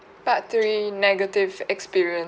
part three negative experience